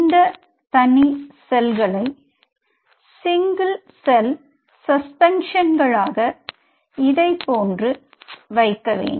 இந்த தனி செல்களை சிங்கள் செல் சஸ்பென்ஷன்களாக இதை போன்று வைக்க வேண்டும்